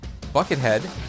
Buckethead